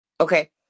Okay